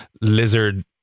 lizard